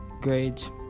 grades